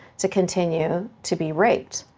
to continue to be raped.